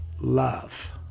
love